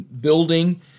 building